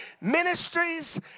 ministries